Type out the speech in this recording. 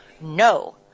No